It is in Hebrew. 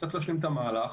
צריך להשלים את המהלך.